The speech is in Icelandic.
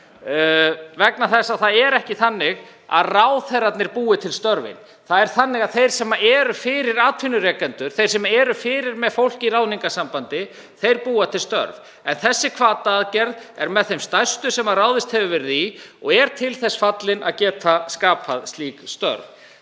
vegna þess að það er ekki þannig að ráðherrarnir búi til störfin. Þeir sem eru atvinnurekendur, þeir sem eru þegar með fólk í ráðningarsambandi, búa til störf. Þessi hvataaðgerð er með þeim stærstu sem ráðist hefur verið í og er til þess fallin að skapa slík störf.